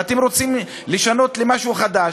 ואתם רוצים לשנות למשהו חדש,